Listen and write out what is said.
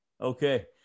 Okay